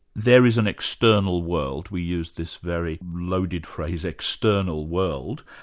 there is an external world we use this very loaded phrase, external world,